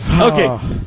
Okay